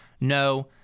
No